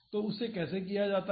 तो उसे कैसे किया जाता है